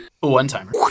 one-timer